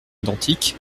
identiques